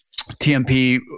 TMP